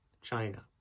China